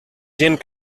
gent